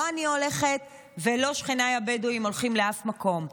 לא אני הולכת ולא שכניי הבדואים הולכים לאף מקום.